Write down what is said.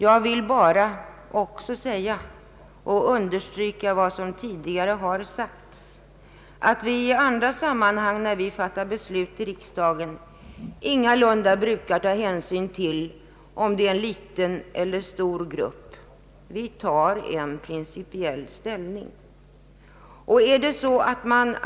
Jag vill bara också understryka vad som tidigare har anförts, att vi när vi i andra sammanhang fattar beslut i riksdagen ingalunda brukar ta hänsyn till om det gäller en liten eller stor grupp. Vi fattar ett principbeslut.